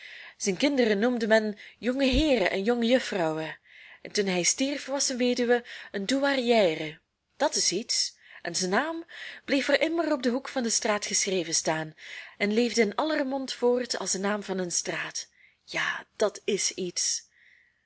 zijn kinderen noemde men jongeheeren en jongejuffrouwen en toen hij stierf was zijn weduwe een douairière dat is iets en zijn naam bleef voor immer op den hoek van de straat geschreven staan en leefde in aller mond voort als de naam van een straat ja dat is iets